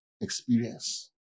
experience